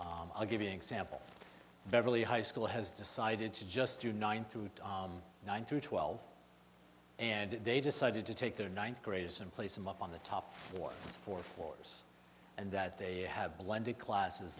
s i'll give you an example beverly high school has decided to just do nine through nine through twelve and they decided to take their ninth graders and place them up on the top four for four years and that they have blended classes